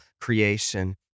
creation